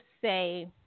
say